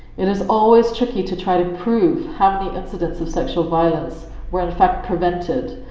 it is always tricky to try to prove, how many incidence of sexual violence were in fact prevented,